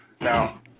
Now